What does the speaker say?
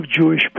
Jewish